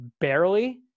barely